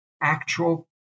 actual